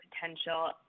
potential